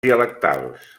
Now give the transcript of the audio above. dialectals